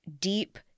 deep